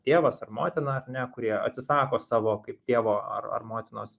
tėvas ar motina ar ne kurie atsisako savo kaip tėvo ar ar motinos